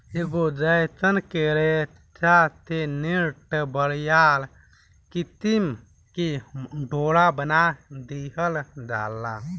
ऐके जयसन के रेशा से नेट, बरियार किसिम के डोरा बना दिहल जाला